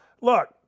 Look